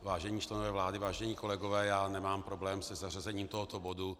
Vážení členové vlády, vážení kolegové, nemám problém se zařazením tohoto bodu.